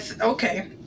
okay